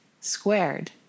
squared